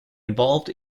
involved